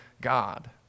God